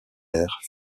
air